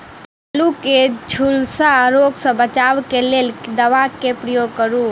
आलु केँ झुलसा रोग सऽ बचाब केँ लेल केँ दवा केँ प्रयोग करू?